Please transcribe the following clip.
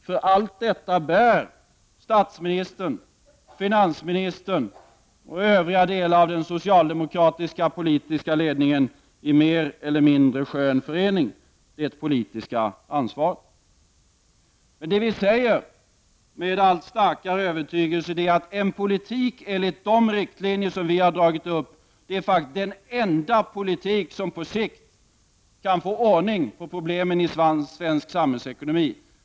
För allt detta bär statsministern, finansministern och övriga delar av den socialdemokratiska politiska ledningen i mer eller mindre skön förening det politiska ansvaret. Med allt starkare övertygelse säger vi att en politik enligt de riktlinjer som vi har dragit upp är den enda politik som på sikt kan få ordning på problemen i svenskt samhällsekonomi.